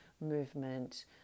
movement